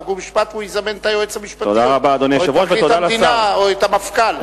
חוק ומשפט והוא יזמן את היועץ המשפטי או את פרקליט המדינה או את המפכ"ל.